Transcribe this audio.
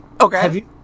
Okay